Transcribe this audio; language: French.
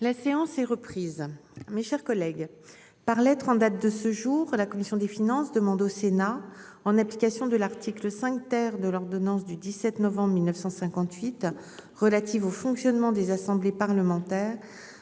La séance. Prise. Mes chers collègues par lettre en date de ce jour, la commission des finances monde au Sénat en application de l'article 5 ter de l'ordonnance du 17 novembre 1958 relative au fonctionnement des assemblées parlementaires